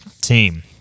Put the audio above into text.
team